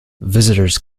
visitors